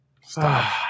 Stop